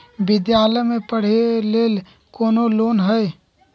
विद्यालय में पढ़े लेल कौनो लोन हई?